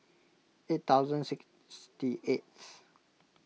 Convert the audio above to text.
eight thousand sixty eighth